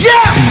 Yes